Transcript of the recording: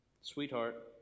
Sweetheart